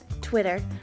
Twitter